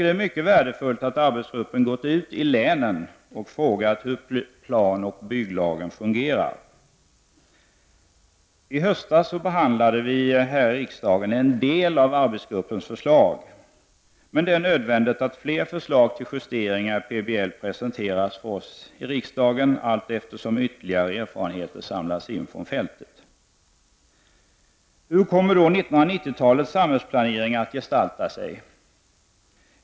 Det är mycket värdefullt att arbetsgruppen gått ut i länen och frågat hur planoch bygglagen fungerar. I höstas behandlade vi här i riksdagen en del av arbetsgruppens förslag. Det är nödvändigt att fler förslag till justeringar i PBL presenteras för oss i riksdagen allteftersom ytterligare erfarenheter samlats in från fältet. Hur kommer då 1990-talets samhällsplanering att gestalta sig?